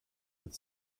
with